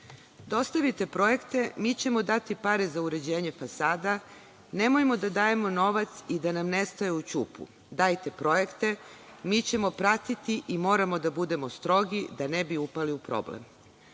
pročitam.„Dostavite projekte, mi ćemo dati pare za uređenje fasada, nemojmo da dajemo novac i da nam nestaje u ćupu. Dajte projekte, mi ćemo pratiti i moramo da budemo strogi da ne bi upali u problem“.